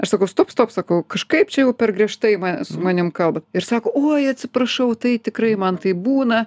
aš sakau stop stop sakau kažkaip čia jau per griežtai su manim kalbat ir sako oi atsiprašau tai tikrai man taip būna